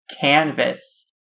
Canvas